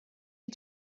you